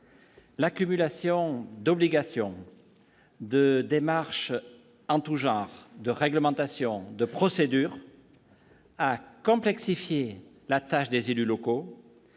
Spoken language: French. L'accumulation d'obligation de démarches en tout genre de réglementation de procédure. à complexifier la tâche des élus locaux.